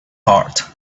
heart